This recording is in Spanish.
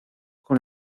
con